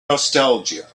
nostalgia